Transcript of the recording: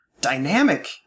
dynamic